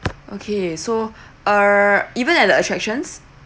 okay so uh even at the attractions